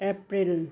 April